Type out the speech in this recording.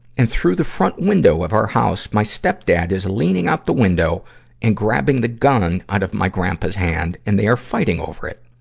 and through the front window of our house, my stepdad is leaning out the window and grabbing the gun out of my grandpa's hand and they are fighting over it.